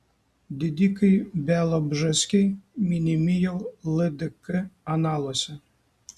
didikai bialobžeskiai minimi jau ldk analuose